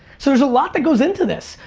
so there's a lot that goes into this.